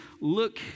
Look